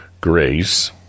grace